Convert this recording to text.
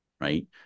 right